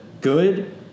good